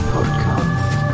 Podcast